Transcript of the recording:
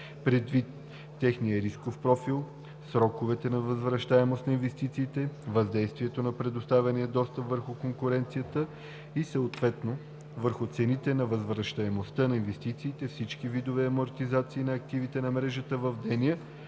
предвид техния рисков профил, сроковете за възвращаемост на инвестициите, въздействието на предоставения достъп върху конкуренцията и съответно – върху цените и възвращаемостта на инвестициите, всички видове амортизация на активите на мрежата в деня